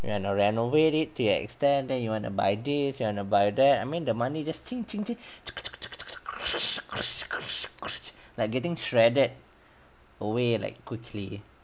reno~ renovate it to your extend that you wanna buy this you wanna buy that I mean the money just like getting shredded away like quickly